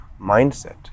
mindset